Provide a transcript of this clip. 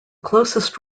closest